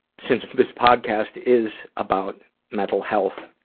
since um this podcast is about mental health,